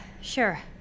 sure